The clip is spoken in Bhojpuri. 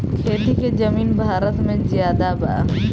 खेती के जमीन भारत मे ज्यादे बा